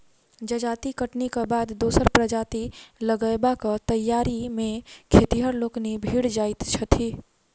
जजाति कटनीक बाद दोसर जजाति लगयबाक तैयारी मे खेतिहर लोकनि भिड़ जाइत छथि